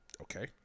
Okay